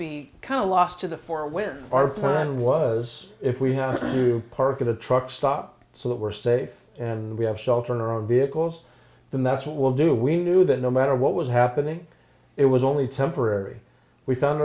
be kind of lost to the fore when our plan was if we have to park at a truck stop so that we're safe and we have shelter in our own vehicles and that's what we'll do we knew that no matter what was happening it was only temporary we found